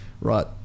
Right